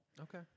Okay